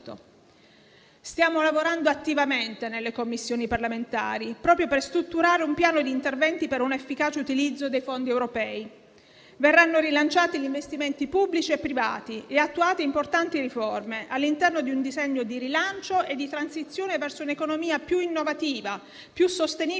Stiamo lavorando attivamente nelle Commissioni parlamentari proprio per strutturare un piano di interventi per un efficace utilizzo dei fondi europei. Verranno rilanciati gli investimenti pubblici e privati e attuate importanti riforme all'interno di un disegno di rilancio e di transizione verso un'economia più innovativa, più sostenibile dal punto di